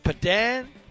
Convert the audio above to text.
Padan